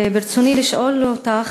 וברצוני לשאול אותך: